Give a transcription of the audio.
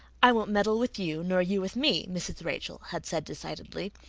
i won't meddle with you nor you with me, mrs. rachel had said decidedly,